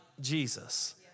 Jesus